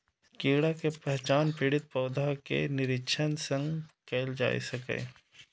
कीड़ा के पहचान पीड़ित पौधा के निरीक्षण सं कैल जा सकैए